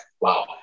wow